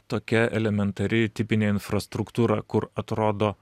tokia elementari tipinė infrastruktūra kur atrodo